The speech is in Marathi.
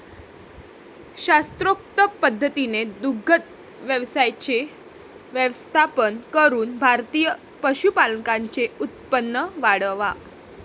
शास्त्रोक्त पद्धतीने दुग्ध व्यवसायाचे व्यवस्थापन करून भारतीय पशुपालकांचे उत्पन्न वाढवा